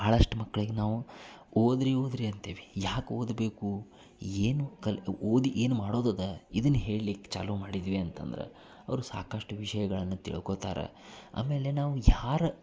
ಭಾಳಷ್ಟು ಮಕ್ಳಿಗೆ ನಾವು ಓದಿರಿ ಓದಿರಿ ಅಂತೇವೆ ಯಾಕೆ ಓದಬೇಕು ಏನು ಕಲ್ ಓದಿ ಏನು ಮಾಡೋದದ ಇದನ್ನು ಹೇಳ್ಲಿಕ್ಕೆ ಚಾಲು ಮಾಡಿದ್ದೀವಿ ಅಂತಂದ್ರೆ ಅವ್ರು ಸಾಕಷ್ಟು ವಿಷಯಗಳನ್ನು ತಿಳ್ಕೋತಾರೆ ಆಮೇಲೆ ನಾವು ಯಾರ